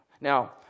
Now